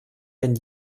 denn